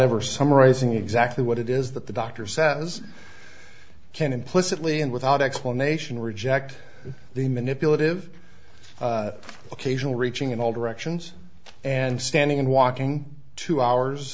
ever summarizing exactly what it is that the doctor says can implicitly and without explanation reject the manipulative occasional reaching in all directions and standing and walking two hours